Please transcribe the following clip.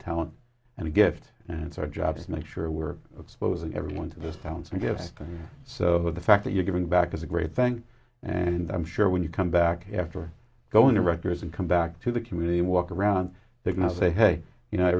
talent and a gift and it's our job to make sure we're exposing everyone to the sounds we give back and so the fact that you're giving back is a great thing and i'm sure when you come back after going to rutgers and come back to the community and walk around they're going to say hey you know